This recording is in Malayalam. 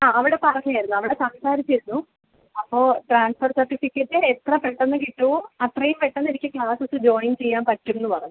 ആ അവിടെ പറഞ്ഞായിരുന്നു അവിടെ സംസാരിച്ചിരുന്നു അപ്പം ട്രാൻസ്ഫർ സർട്ടിഫിക്കറ്റ് എത്ര പെട്ടെന്ന് കിട്ടുമോ അത്രയും പെട്ടെന്നെനിക്ക് ക്ലാസസ് ജോയിൻ ചെയ്യാൻ പറ്റും എന്ന് പറഞ്ഞു